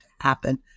happen